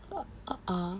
ah ah